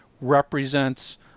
represents